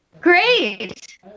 Great